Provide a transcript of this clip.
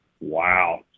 wow